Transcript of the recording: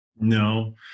No